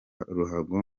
ruhago